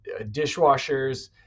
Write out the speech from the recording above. dishwashers